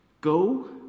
go